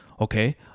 okay